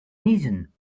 niezen